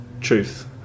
truth